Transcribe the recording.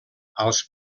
als